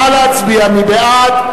נא להצביע, מי בעד?